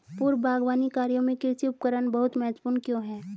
पूर्व बागवानी कार्यों में कृषि उपकरण बहुत महत्वपूर्ण क्यों है?